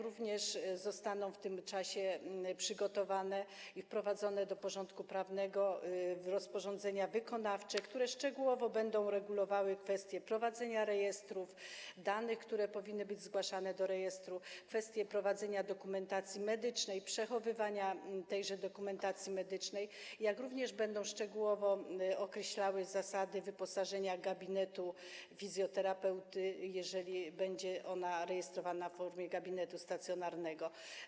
Również zostaną w tym czasie przygotowane i wprowadzone do porządku prawnego rozporządzenia wykonawcze, które szczegółowo będą regulowały kwestie prowadzenia rejestrów, danych, które powinny być zgłaszane do rejestrów, dokumentacji medycznej, przechowywania tejże dokumentacji medycznej, jak również będą szczegółowo określały zasady wyposażenia gabinetu fizjoterapeuty, jeżeli będzie on rejestrowany w formie gabinetu stacjonarnego.